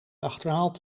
achterhaalt